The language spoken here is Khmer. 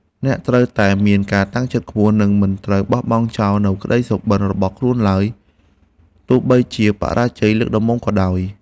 អ្នកត្រូវតែមានការតាំងចិត្តខ្ពស់និងមិនត្រូវបោះបង់ចោលនូវក្តីសុបិនរបស់ខ្លួនឡើយទោះបីជាបរាជ័យលើកដំបូងក៏ដោយ។